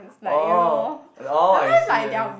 orh and all I see I